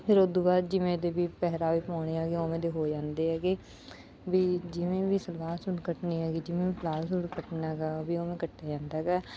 ਫਿਰ ਉੱਤੋਂ ਬਾਅਦ ਜਿਵੇਂ ਦੇ ਵੀ ਪਹਿਰਾਵੇ ਪਾਉਣੇ ਹੈਗੇ ਉਵੇਂ ਦੇ ਹੋ ਜਾਂਦੇ ਹੈਗੇ ਵੀ ਜਿਵੇਂ ਵੀ ਸਲਵਾਰ ਸੂਟ ਕੱਟਣੀ ਹੈਗੀ ਜਿਵੇਂ ਪਾਲਾਜੋ ਸੂਟ ਕੱਟਣਾ ਗਾ ਵੀ ਉਵੇਂ ਕੱਟੇ ਜਾਂਦਾ ਗਾ